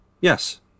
Yes